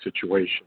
situation